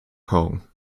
kong